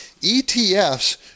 ETFs